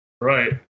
Right